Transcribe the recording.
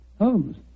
Holmes